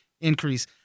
increase